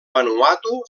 vanuatu